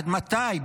עד מתי?